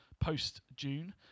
post-June